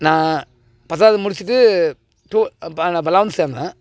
நான் பத்தாவது முடிச்சுட்டு டு லவென்த் சேர்ந்தேன்